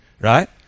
Right